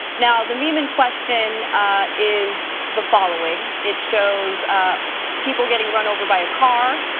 now, the meme in question is the following, it shows um people getting run over by a car,